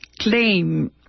claim